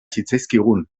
zitzaizkigun